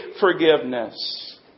forgiveness